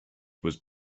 was